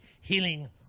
healing